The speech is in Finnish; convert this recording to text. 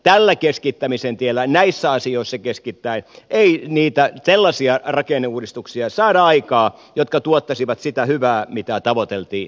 tällä keskittämisen tiellä näissä asioissa keskittäen ei niitä sellaisia rakenneuudistuksia saada aikaan jotka tuottaisivat sitä hyvää mitä tavoiteltiin